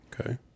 Okay